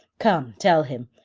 come, tell him.